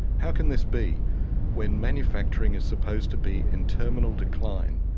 how can this be when manufacturing is supposed to be in terminal decline?